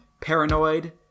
Paranoid